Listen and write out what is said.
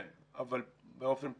כן, אבל באופן פחות.